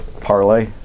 parlay